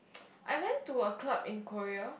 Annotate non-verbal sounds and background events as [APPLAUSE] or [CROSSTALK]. [NOISE] I went to a club in Korea